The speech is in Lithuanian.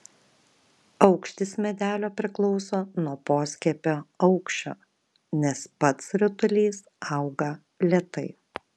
aukštis medelio priklauso nuo poskiepio aukščio nes pats rutulys auga lėtai